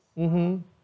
mmhmm